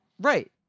Right